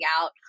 out